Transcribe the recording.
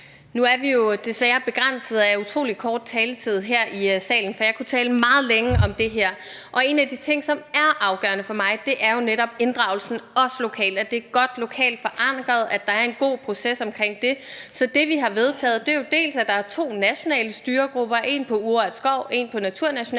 Nu er vi jo desværre begrænset af utrolig kort taletid her i salen, for jeg kunne tale meget længe om det her. En af de ting, som er afgørende for mig, er jo netop inddragelsen, også lokalt – at det er godt lokalt forankret, og at der er en god proces omkring dét. Så det, vi har vedtaget, er jo, at der dels er to nationale styregrupper, en for urørt skov og en for naturnationalparker,